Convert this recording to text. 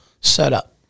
setup